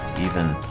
even,